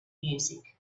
music